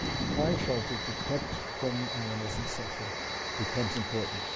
to find shelter, to protect from animals and so forth becomes important.